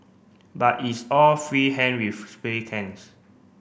but it's all free hand with spray cans